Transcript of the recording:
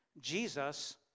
Jesus